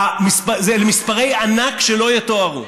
אלה מספרי ענק שלא יתוארו.